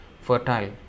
Fertile